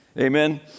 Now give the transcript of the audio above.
Amen